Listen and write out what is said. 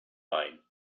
mine